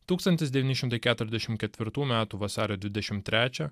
tūkstantis devyni šimtai keturiasdešimt ketvirtų metų vasario dvidešimt trečią